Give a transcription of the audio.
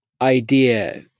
idea